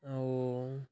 ଆଉ